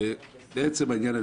ולעצם העניין.